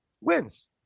wins